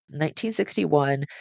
1961